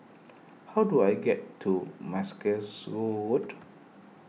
how do I get to Mackerrow Road